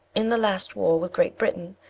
in the last war with great britain,